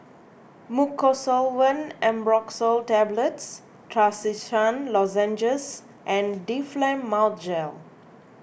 Mucosolvan Ambroxol Tablets Trachisan Lozenges and Difflam Mouth Gel